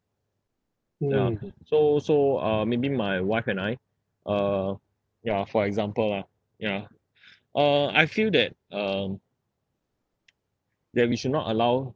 ya so so uh maybe my wife and I uh ya for example lah ya uh I feel that um that we should not allow